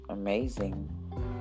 Amazing